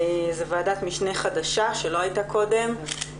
זו ועדת משנה חדשה שלא הייתה קודם,